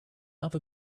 other